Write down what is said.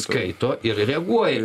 skaito ir reaguoji